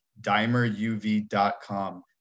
dimeruv.com